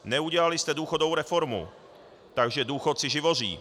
Neudělali jste důchodovou reformu, takže důchodci živoří.